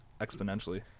exponentially